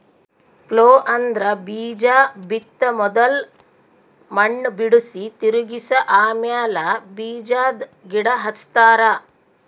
plough ಅಂದ್ರ ಬೀಜಾ ಬಿತ್ತ ಮೊದುಲ್ ಮಣ್ಣ್ ಬಿಡುಸಿ, ತಿರುಗಿಸ ಆಮ್ಯಾಲ ಬೀಜಾದ್ ಗಿಡ ಹಚ್ತಾರ